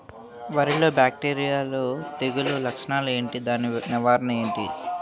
వరి లో బ్యాక్టీరియల్ తెగులు లక్షణాలు ఏంటి? దాని నివారణ ఏంటి?